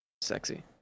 Sexy